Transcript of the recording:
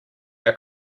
our